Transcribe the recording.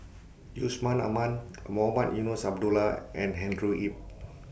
Yusman Aman Mohamed Eunos Abdullah and Andrew Yip